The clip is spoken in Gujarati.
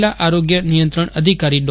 જિલ્લા આરોગ્ય નિયંત્રણ અધિકારી ડો